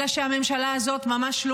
אלא שהממשלה הזאת ממש לא